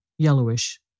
yellowish